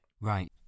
Right